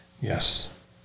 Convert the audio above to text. Yes